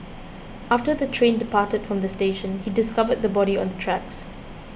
after the train departed from the station he discovered the body on the tracks